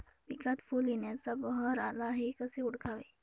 पिकात फूल येण्याचा बहर आला हे कसे ओळखावे?